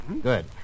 Good